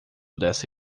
dessa